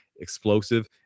Explosive